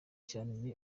cyane